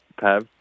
Pav